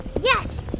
Yes